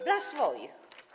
Dla swoich.